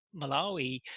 Malawi